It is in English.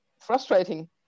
frustrating